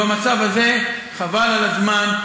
במצב הזה, חבל על הזמן.